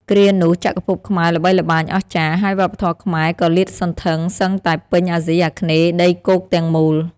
គ្រានោះ ចក្រភពខ្មែរល្បីល្បាញអស្ចារ្យ ហើយវប្បធម៌ខ្មែរក៏លាតសន្ធឹងសឹងតែពេញអាស៊ីអាគ្នេយ៍ដីគោកទាំងមូល។